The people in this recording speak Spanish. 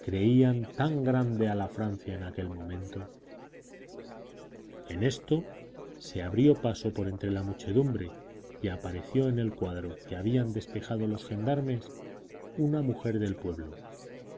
creían tan grande a la francia en aquel momento en esto se abrió paso por entre la muchedumbre y apareció en el cuadro que habían despejado los gendarmes una mujer del pueblo